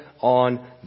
on